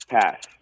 Pass